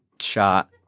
shot